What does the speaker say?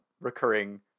recurring